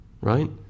right